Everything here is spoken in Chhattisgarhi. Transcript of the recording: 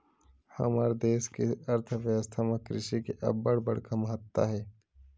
हमर देस के अर्थबेवस्था म कृषि के अब्बड़ बड़का महत्ता हे